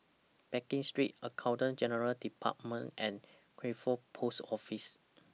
Pekin Street Accountant General's department and Crawford Post Office